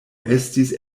estis